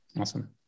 Awesome